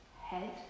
head